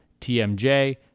TMJ